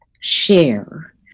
share